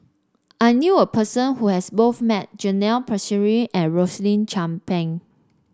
I knew a person who has both met Janil Puthucheary and Rosaline Chan Pang